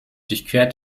durchquert